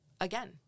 again